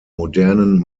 modernen